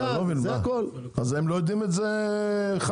חנ"י לא יודעים את זה?